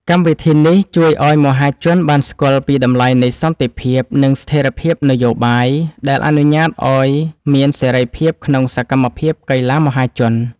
កម្មវិធីនេះជួយឱ្យមហាជនបានស្គាល់ពីតម្លៃនៃសន្តិភាព និងស្ថិរភាពនយោបាយ ដែលអនុញ្ញាតឱ្យមានសេរីភាពក្នុងសកម្មភាពកីឡាមហាជន។